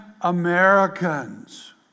Americans